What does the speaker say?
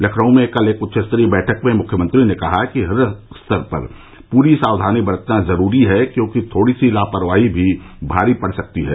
लखनऊ में कल एक उच्चस्तरीय बैठक में मुख्यमंत्री ने कहा कि हर स्तर पर पूरी सावधानी बरतना जरूरी है क्योंकि थोड़ी सी लापरवाही भी भारी पड़ सकती है